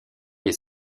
est